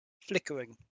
flickering